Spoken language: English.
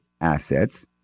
assets